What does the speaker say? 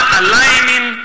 aligning